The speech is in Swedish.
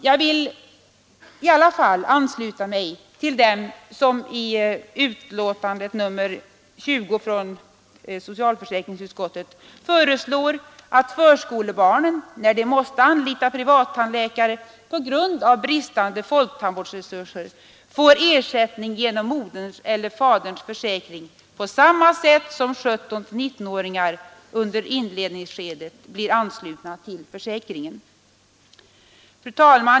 Jag vill ansluta mig till dem som i betänkande nr 20 från socialförsäkringsutskottet föreslår att förskolebarn, när de måste anlita privattandläkare på grund av bristande folktandvårdsresurser, får ersättning genom moderns eller faderns försäkring på samma sätt som 17—19 åringar föreslås få under inledningsskedet.